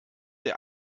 der